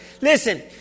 Listen